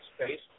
space